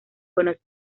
buenos